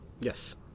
Yes